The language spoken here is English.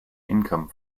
income